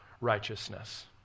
righteousness